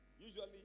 usually